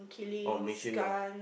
oh Malaysian ya